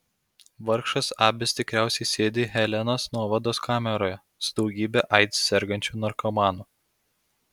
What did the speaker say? vargšas abis tikriausiai sėdi helenos nuovados kameroje su daugybe aids sergančių narkomanų